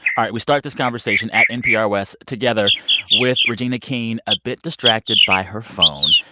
all right. we start this conversation at npr west together with regina king a bit distracted by her phone.